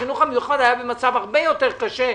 החינוך המיוחד היה במצב הרבה יותר קשה,